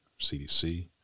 CDC